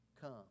come